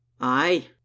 Aye